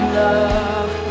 love